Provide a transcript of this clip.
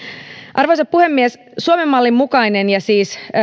arvoisa puhemies suomen mallin mukainen ja siis